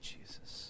Jesus